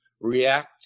react